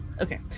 okay